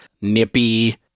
nippy